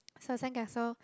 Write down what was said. so the sandcastle